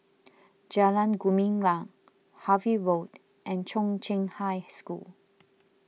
Jalan Gumilang Harvey Road and Chung Cheng High School